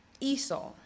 Esau